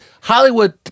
Hollywood